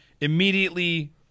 immediately